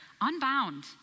unbound